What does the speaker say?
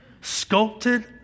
sculpted